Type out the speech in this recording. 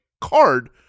card